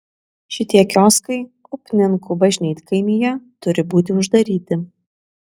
šitie kioskai upninkų bažnytkaimyje turi būti uždaryti